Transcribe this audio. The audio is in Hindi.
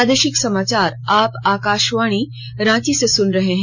प्रादेशिक समाचार आप आकाशवाणी रांची से सुन रहे हैं